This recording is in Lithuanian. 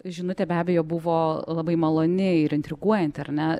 žinutė be abejo buvo labai maloni ir intriguojanti ar ne